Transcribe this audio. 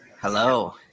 Hello